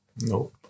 No